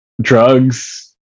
drugs